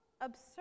absurd